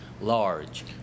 Large